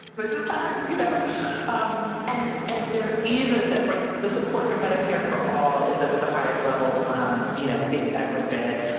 this is time. you know um and and there is a sense, right? the support for medicare for all is at the highest level um you know it's ever been.